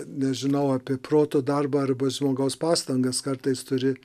nežinau apie proto darbą arba žmogaus pastangas kartais turi